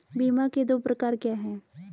बीमा के दो प्रकार क्या हैं?